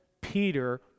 Peter